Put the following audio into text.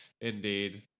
Indeed